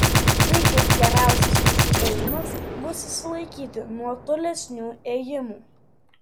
taigi geriausias jūsų ėjimas bus susilaikyti nuo tolesnių ėjimų